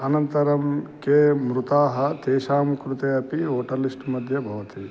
अनन्तरं के मृताः तेषां कृते अपि ओटर् लिस्ट् मध्ये भवति